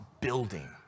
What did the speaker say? building